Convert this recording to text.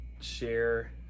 share